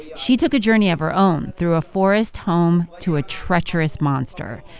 she took a journey of her own, through a forest home to a treacherous monster.